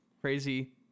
crazy